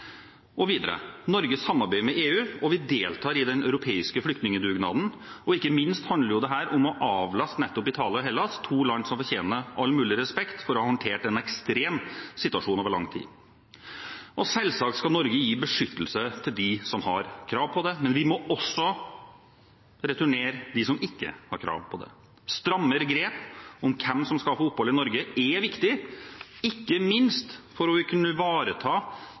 med EU, og vi deltar i den europeiske flyktningdugnaden. Ikke minst handler dette om å avlaste nettopp Italia og Hellas, to land som fortjener all mulig respekt for å ha håndtert en ekstrem situasjon over lang tid. Selvsagt skal Norge gi beskyttelse til dem som har krav på det, men vi må også returnere dem som ikke har krav på det. Strammere grep om hvem som skal få opphold i Norge, er viktig, ikke minst for å kunne ivareta